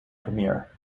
premiere